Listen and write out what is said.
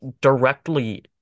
directly